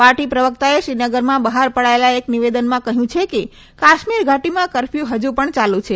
party પ્રવક્તાએ શ્રીનગરમાં બહાર પડાયેલા એક નિવેદનમાં કહ્યું છે કે કાશ્મીર ઘાટીમાં કરફ્યુ ફજુ પણ યાલુ છે